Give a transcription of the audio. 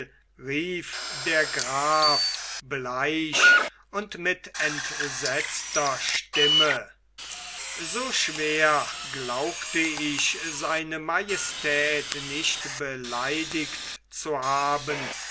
rief der graf bleich und mit entsetzter stimme so schwer glaubte ich se majestät nicht beleidigt zu haben